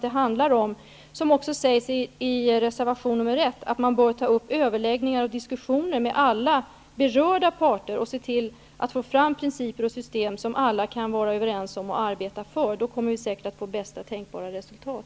Det handlar om, vilket också sägs i reservation nr 1, att man bör ta upp överläggningar och diskussioner med alla berörda parter och se till att få fram principer och system som alla kan vara överens om och arbeta för. Då kommer vi säkert att få bästa tänkbara resultat.